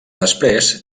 després